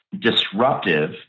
disruptive